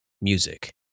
music